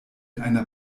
einer